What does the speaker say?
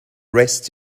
rest